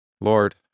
Lord